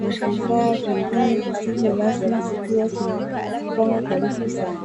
na vifaa vingine visivyo rasmi zikiwa zimejipanga karibu sana.